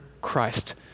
Christ